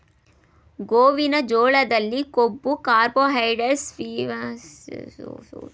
ಗೋವಿನ ಜೋಳದಲ್ಲಿ ಕೊಬ್ಬು, ಕಾರ್ಬೋಹೈಡ್ರೇಟ್ಸ್, ಮಿಯಾಸಿಸ್, ರಿಬೋಫ್ಲಾವಿನ್, ಥಯಾಮಿನ್ ಮತ್ತು ಫೈಬರ್ ನ ಗುಣಗಳಿವೆ